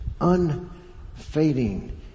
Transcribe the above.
unfading